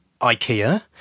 IKEA